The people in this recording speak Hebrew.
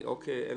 גם